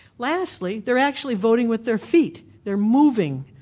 lastly they're actually voting with their feet they're moving.